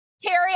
Terry